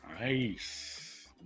Nice